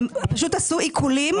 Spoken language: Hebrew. הם פשוט עשו עיקולים.